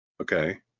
okay